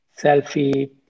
selfie